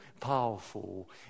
powerful